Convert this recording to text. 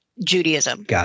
Judaism